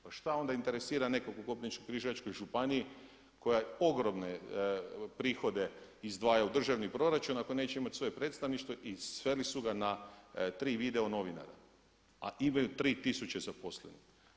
Pa šta onda interesira nekog u Koprivničko-križevačkoj županiji koja ogromne prihode izdvaja u državni proračun ako neće imati svoje predstavništvo i sveli su ga na tri video novinara a imaju 3 tisuće zaposlenih.